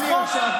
אתה עושה צחוק?